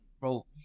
bro